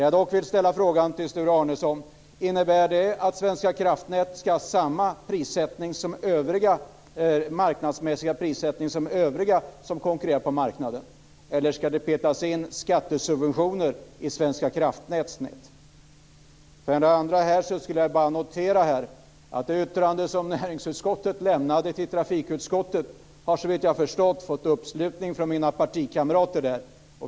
Jag vill dock ställa frågan till Sture Arnesson: Innebär det att Svenska Kraftnät ska ha samma marknadsmässiga prissättning som övriga som konkurrerar på marknaden, eller ska det petas in skattesubventioner i Svenska Kraftnäts nät? Därefter skulle jag bara vilja notera att det yttrande som näringsutskottet lämnade till trafikutskottet såvitt jag förstått har fått uppslutning från mina partikamrater där.